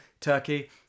Turkey